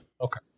Okay